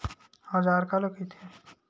औजार काला कइथे?